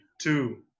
two